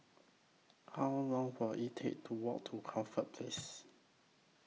How Long Will IT Take to Walk to Corfe Place